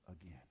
again